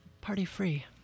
party-free